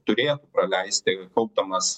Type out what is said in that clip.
turėtų praleisti kaupdamas